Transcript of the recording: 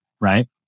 right